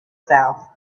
south